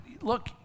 look